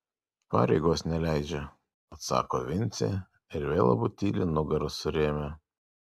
pareigos neleidžia atsako vincė ir vėl abu tyli nugaras surėmę